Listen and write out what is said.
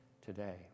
today